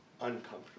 uncomfortable